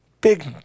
big